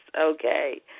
Okay